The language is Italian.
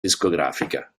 discografica